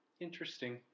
Interesting